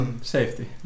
safety